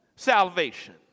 Salvation